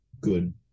good